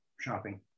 shopping